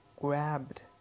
grabbed